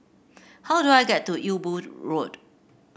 how do I get to Ewe Boon Road